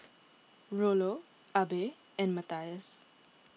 Rollo Abe and Matthias